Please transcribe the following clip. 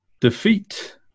defeat